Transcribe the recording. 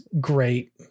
great